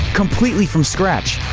completely from scratch?